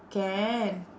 can